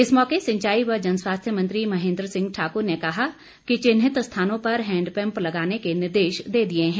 इस मौके सिंचाई व जनस्वास्थ्य मंत्री महेंद्र सिंह ने कहा कि चिन्हित स्थानों पर हैंडपम्प लगाने के निर्देश दे दिए हैं